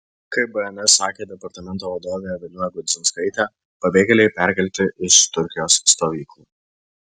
kaip bns sakė departamento vadovė evelina gudzinskaitė pabėgėliai perkelti iš turkijos stovyklų